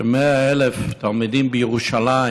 ש-100,000 תלמידים בירושלים,